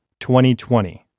2020